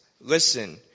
Listen